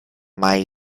mai